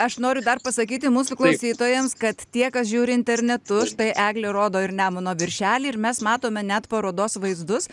aš noriu dar pasakyti mūsų klausytojams kad tie kas žiūri internetu štai eglė rodo ir nemuno viršelį ir mes matome net parodos vaizdus